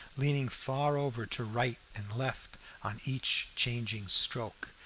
leaning far over to right and left on each changing stroke,